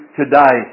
today